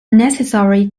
necessary